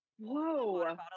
Whoa